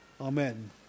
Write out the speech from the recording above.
amen